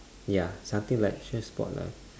ya something like cheer sport lah